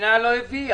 המדינה לא הביאה.